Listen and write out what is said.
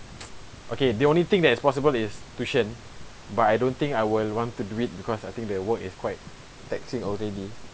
okay the only thing that is possible is tuition but I don't think I will want to do it because I think that work is quite taxing already